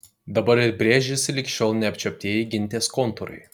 dabar ir brėžiasi lig šiol neapčiuoptieji gintės kontūrai